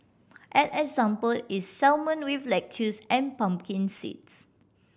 an example is salmon with lettuces and pumpkin seeds